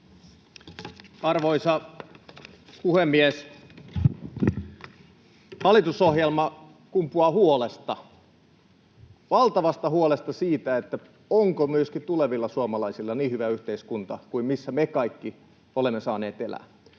Arvoisa puhemies! Hallitusohjelma kumpuaa huolesta, valtavasta huolesta siitä, onko myöskin tulevilla suomalaisilla niin hyvä yhteiskunta kuin missä me kaikki olemme saaneet elää.